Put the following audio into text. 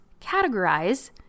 categorize